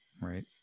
Right